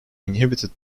inhabited